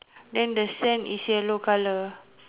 then the sand is yellow colour